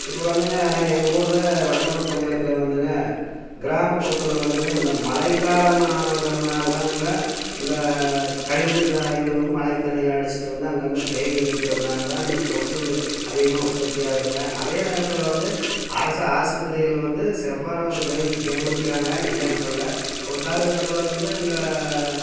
இப்போ வந்துங்க எங்கள் ஊரில் வடக்கலூர் பஞ்சாயத்தில் வந்துங்க கிராமப்புறத்தில் வந்துங்க இந்த மழைக்காலமானங்கிறதுனால தாங்க இந்த கழிவு ச இது வந்து மழை தண்ணியில அடிச்சிகிட்டு வந்து அங்கங்கே தேங்கி நிற்கிறதுனால தான் இந்த கொசு அதிகமாக உற்பத்தி ஆகுதுங்க அதே நேரத்தில் வந்து அரசு ஆஸ்பத்திரியில வந்து சிறப்பான ஒரு கவனிப்பு கவனிக்கிறாங்க இல்லைன்னு சொல்லலை ஒரு காலகட்டத்தில் வந்து இந்த